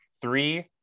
Three